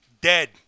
Dead